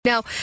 Now